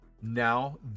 Now